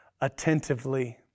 attentively